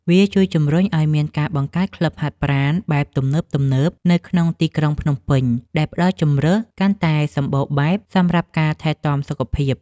វាជួយជំរុញឱ្យមានការបង្កើតក្លឹបហាត់ប្រាណបែបទំនើបៗនៅក្នុងទីក្រុងភ្នំពេញ ដែលផ្ដល់ជម្រើសកាន់តែសម្បូរបែបសម្រាប់ការថែទាំសុខភាព។